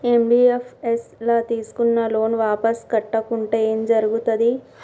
NBFS ల తీస్కున్న loan వాపస్ కట్టకుంటే ఏం జర్గుతది?